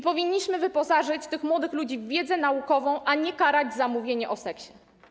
Powinniśmy wyposażyć tych młodych ludzi w wiedzę naukową, a nie karać za mówienie o seksie.